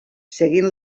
seguint